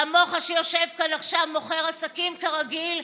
כמוך, שיושב כאן עכשיו, מוכר עסקים כרגיל.